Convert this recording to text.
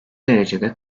derecede